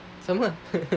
sama